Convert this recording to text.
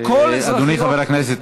אדוני חבר הכנסת,